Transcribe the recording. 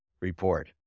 report